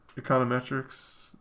econometrics